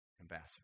ambassador